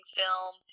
film